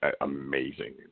amazing